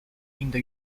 indo